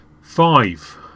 five